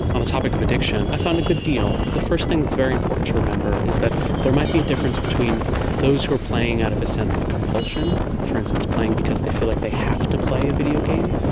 on the topic of addiction i found a good deal. the first thing that's very important to remember is that there might be a difference between those who are playing out of a sense of compulsion, for instance playing because they feel like they have to play a video game,